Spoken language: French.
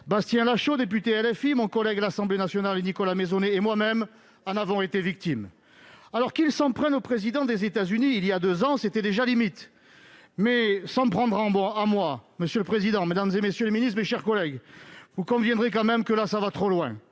Bastien Lachaud, député LFI, mon collègue de l'Assemblée nationale Nicolas Meizonnet et moi-même en avons été victimes. Alors, qu'ils s'en prennent au président des États-Unis, il y a deux ans, c'était déjà limite. Mais s'en prendre à moi, monsieur le président, mesdames, messieurs les ministres, mes chers collègues, vous conviendrez quand même que, là, ça va trop loin